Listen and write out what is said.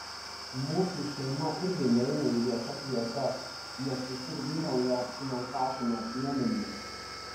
mūsų šeima irgi neina į viešas vietas nes visur vyrauja apsinarkašinę piemenys